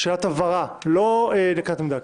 שאלת הבהרה, לא נקיטת עמדה.